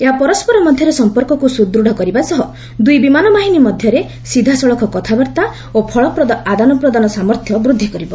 ଏହା ପରସ୍କର ମଧ୍ୟରେ ସମ୍ପର୍କକୁ ସୁଦୃତ କରିବା ସହ ଦୁଇ ବିମାନ ବାହିନୀ ମଧ୍ୟରେ ସିଧାସଳଖ କଥାବାର୍ତ୍ତା ଓ ଫଳପ୍ରଦ ଆଦାନପ୍ରଦାନ ସାମର୍ଥ୍ୟ ବୃଦ୍ଧି କରିବ